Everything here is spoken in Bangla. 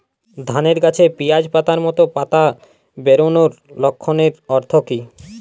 ধানের গাছে পিয়াজ পাতার মতো পাতা বেরোনোর লক্ষণের অর্থ কী?